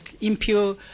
impure